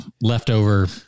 leftover